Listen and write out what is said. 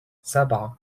سبعة